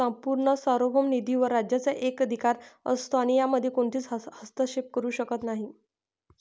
संपूर्ण सार्वभौम निधीवर राज्याचा एकाधिकार असतो आणि यामध्ये कोणीच हस्तक्षेप करू शकत नाही